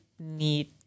Need